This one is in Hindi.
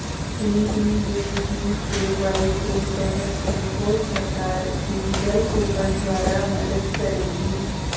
डी.डी.यू जी.के.वाई के तहत तुमको सरकार डिजिटल कूपन द्वारा मदद करेगी